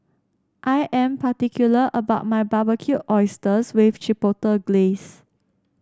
I am particular about my Barbecued Oysters with Chipotle Glaze